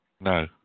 No